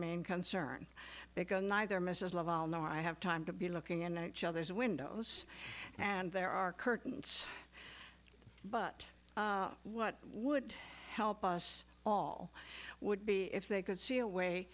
main concern because neither mrs laval nor i have time to be looking and there's windows and there are curtains but what would help us all would be if they could see a way